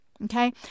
Okay